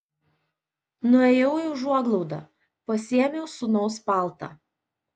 nuėjau į užuoglaudą pasiėmiau sūnaus paltą